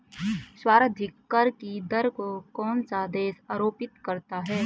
सर्वाधिक कर की दर कौन सा देश आरोपित करता है?